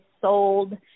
sold